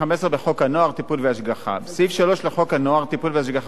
והשגחה): סעיף 3 לחוק הנוער (טיפול והשגחה) התש"ך 1960,